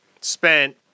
spent